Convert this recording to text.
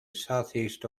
southeast